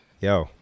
Yo